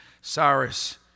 Cyrus